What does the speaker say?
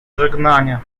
żegnania